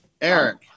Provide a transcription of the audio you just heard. Eric